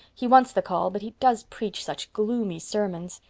he wants the call but he does preach such gloomy sermons.